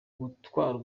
gutwara